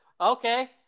Okay